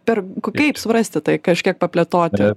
per kaip suprasti tai kažkiek paplėtoti